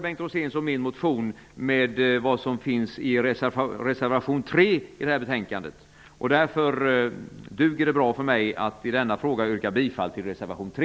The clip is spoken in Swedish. Bengt Roséns och min motion sammanfaller med det som står i reservation 3 i detta betänkande. Därför duger det bra för mig att i denna fråga yrka bifall till reservation 3.